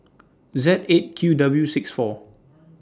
Z eight Q W six four